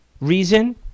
reason